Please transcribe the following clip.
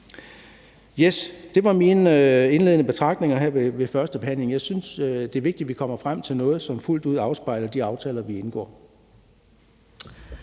det var mine indledende betragtninger her ved førstebehandlingen. Jeg synes, det er vigtigt, at vi kommer frem til noget, som fuldt ud afspejler de aftaler, vi indgår.